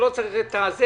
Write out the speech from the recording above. שלא צריך את זה,